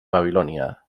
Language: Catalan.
babilònia